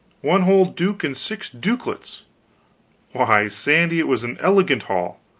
one whole duke and six dukelets why, sandy, it was an elegant haul.